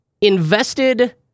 invested